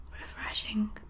refreshing